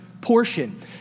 portion